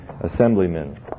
assemblymen